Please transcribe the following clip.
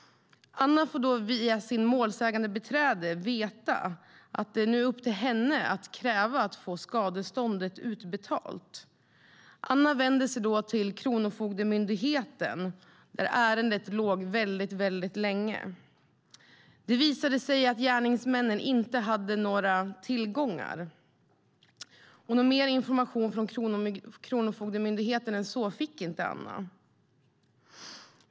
Anna fick då via sitt målsägandebiträdet veta att det nu var upp till henne att kräva att få skadeståndet utbetalt. Anna vände sig då till Kronofogdemyndigheten, där ärendet låg väldigt länge. Det visade sig att gärningsmännen inte hade några tillgångar. Mer information från Kronofogdemyndigheten än så fick inte Anna.